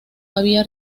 había